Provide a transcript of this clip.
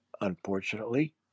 Unfortunately